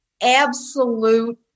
absolute